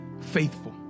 faithful